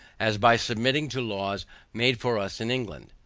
as by submitting to laws made for us in england.